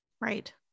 Right